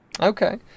Okay